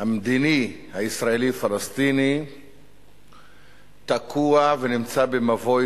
המדיני הישראלי פלסטיני תקוע ונמצא במבוי